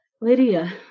Lydia